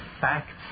facts